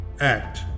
Act